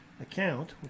account